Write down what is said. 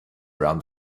around